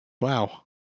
Wow